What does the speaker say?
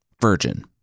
Virgin